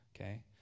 Okay